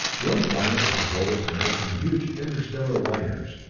one plant was devoted to making huge interstellar liners.